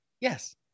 Yes